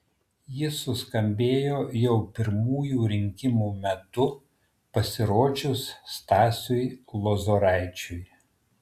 ji suskambėjo jau pirmųjų rinkimų metu pasirodžius stasiui lozoraičiui